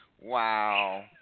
Wow